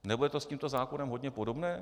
Nebude to s tímto zákonem hodně podobné?